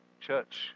church